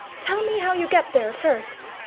tell me how you get there, first.